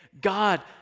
God